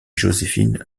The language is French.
joséphine